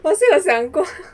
我是有想过